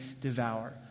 devour